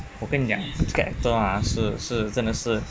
我跟你讲这个 actor ah 是是真的是